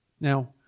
Now